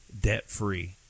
debt-free